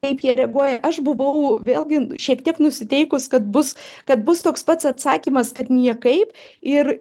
kaip jie reaguoja aš buvau vėlgi šiek tiek nusiteikus kad bus kad bus toks pats atsakymas kad niekaip ir